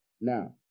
Now